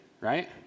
Right